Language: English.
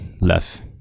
left